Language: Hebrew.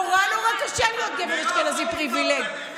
אף פעם,